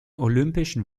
olympischen